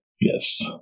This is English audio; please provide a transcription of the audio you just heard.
Yes